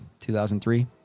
2003